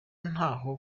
ntaho